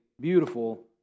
beautiful